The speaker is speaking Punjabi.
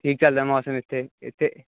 ਠੀਕ ਚਲਦਾ ਮੌਸਮ ਇੱਥੇ